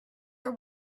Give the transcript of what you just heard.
are